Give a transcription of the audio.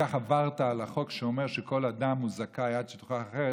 ובכך עברת על החוק שאומר שכל אדם הוא זכאי עד שיוכח אחרת,